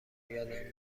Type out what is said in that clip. یادم